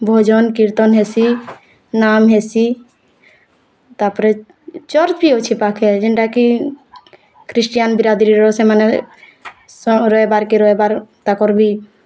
ଭଜନ୍ କୀର୍ତ୍ତନ୍ ହେସି ନାମ୍ ହେସି ତାପରେ ଚର୍ଚ୍ଚ୍ ବି ଅଛି ପାଖେ ଯେନ୍ତାକି ଖ୍ରୀଷ୍ଟିଆନ୍ ବିରାତିର୍ର ସେମାନେ ସହର୍ ବାର୍କେ ରହେବାର୍ ତାକର୍ ବି